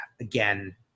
Again